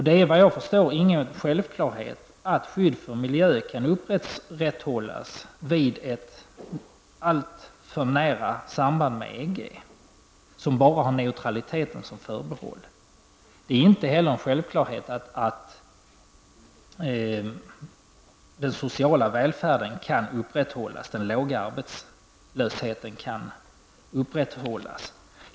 Det är inte självklart att skyddet för miljön kan upprätthållas vid ett alltför nära samband med EG, som har neutraliteten som enda förbehåll. Det är inte heller en självklarhet att den sociala välfärden och den låga arbetslösheten kan upprätthållas.